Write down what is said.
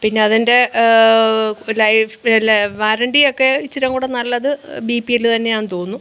പിന്നെ അതിൻ്റെ ലൈഫിലെ വാരണ്ടിയൊക്കെ ഇച്ചിരിയും കൂടെ നല്ലത് ബിപിഎല്ല് തന്നെയാണെന്ന് തോന്നുന്നു